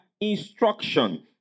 instruction